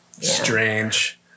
strange